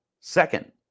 Second